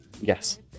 Yes